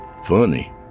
Funny